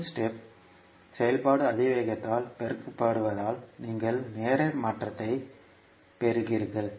unit step செயல்பாடு அதிவேகத்தால் பெருக்கப்படுவதால் நீங்கள் நேர மாற்றத்தைப் பெறுகிறீர்கள்